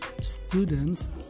students